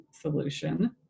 solution